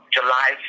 July